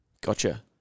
Gotcha